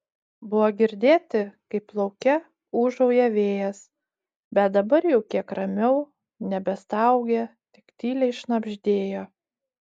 buvo girdėti kaip lauke ūžauja vėjas bet dabar jau kiek ramiau nebestaugė tik tyliai šnabždėjo